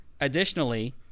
Additionally